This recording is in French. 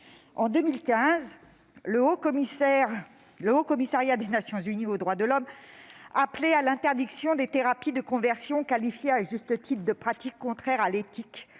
un rapport du Haut-Commissariat des Nations unies aux droits de l'homme (HCDH) appelait à l'interdiction des « thérapies de conversion », qualifiées, à juste titre, de « pratiques contraires à l'éthique,